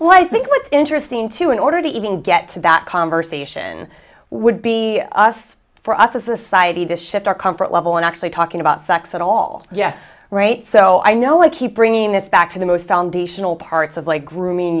well i think what's interesting too in order to even get to that conversation would be us for us a society to shift our comfort level and actually talking about sex at all yes great so i know i keep bringing this back to the most foundational parts of like grooming